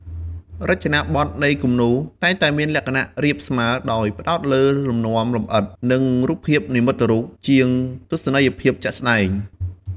រចនាបទនៃគំនូរតែងតែមានលក្ខណៈរាបស្មើដោយផ្តោតលើលំនាំលម្អិត និងរូបភាពនិមិត្តរូប ជាងទស្សនីយភាពជាក់ស្តែង។